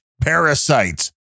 parasites